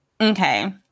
okay